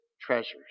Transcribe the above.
treasures